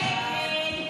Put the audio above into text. הסתייגות 78 לא נתקבלה.